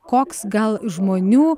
koks gal žmonių